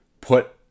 put